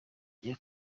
ngiye